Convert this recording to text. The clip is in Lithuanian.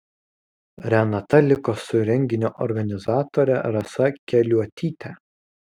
renata liko su renginio organizatore rasa keliuotyte